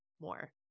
more